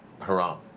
Haram